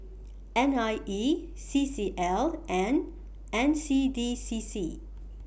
N I E C C L and N C D C C